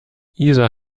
isa